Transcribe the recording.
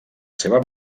seva